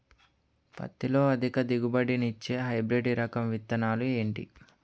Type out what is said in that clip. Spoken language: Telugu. పత్తి లో అధిక దిగుబడి నిచ్చే హైబ్రిడ్ రకం విత్తనాలు ఏంటి